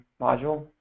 module